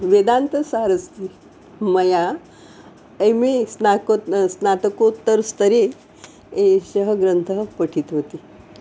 वेदान्तसारः अस्ति मया एम् ए स्नाकोत् स्नातकोत्तरस्तरे एषः ग्रन्थः पठितवती